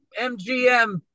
MGM